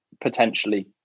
potentially